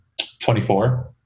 24